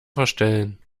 verstellen